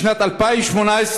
בשנת 2018,